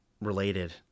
related